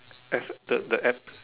as the the app